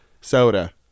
soda